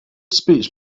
speech